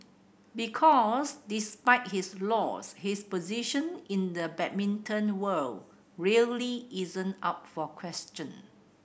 because despite his loss his position in the badminton world really isn't up for question